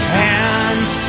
hands